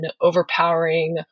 overpowering